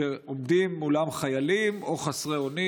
שעומדים מולם חיילים, או חסרי אונים